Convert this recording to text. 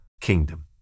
kingdom